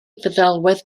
feddalwedd